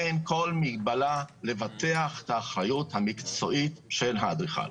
אין כל מגבלה לבטח את האחריות המקצועית של האדריכל.